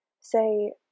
say